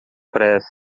pressa